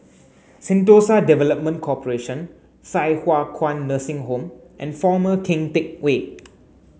Sentosa Development Corporation Thye Hua Kwan Nursing Home and Former Keng Teck Whay